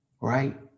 right